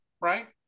right